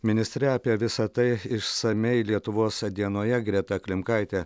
ministre apie visa tai išsamiai lietuvos dienoje greta klimkaitė